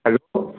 hello